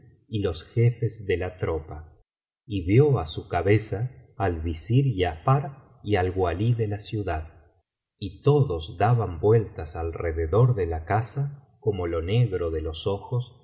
y los jefes de la tropa y vio á su cabeza al visir giafar y al walí de la ciudad y todos daban vueltas alrededor de la casa como lo negro de los ojos